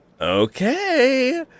Okay